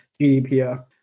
GDPR